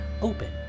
open